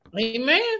Amen